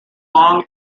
long